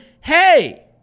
hey